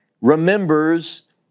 remembers